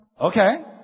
Okay